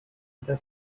other